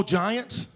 giants